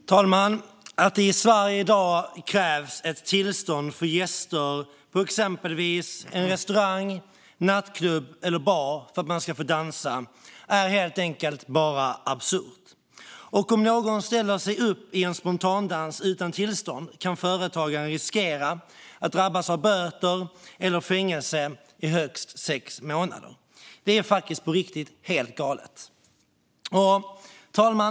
Herr talman! Att det i Sverige i dag krävs ett tillstånd för att gäster på exempelvis en restaurang, nattklubb eller bar ska få dansa är helt enkelt absurt. Om någon ställer sig upp i en spontandans utan tillstånd riskerar företagaren att drabbas av böter eller fängelse i högst sex månader. Det är faktiskt helt galet. Herr talman!